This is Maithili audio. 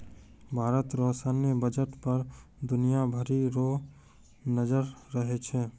भारत रो सैन्य बजट पर दुनिया भरी रो नजर रहै छै